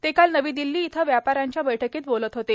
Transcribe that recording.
ते काल नवी दिल्ली इथं व्यापाऱ्यांच्या बैठकीत बोलत होते